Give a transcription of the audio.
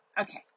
Okay